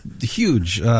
huge